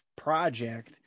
project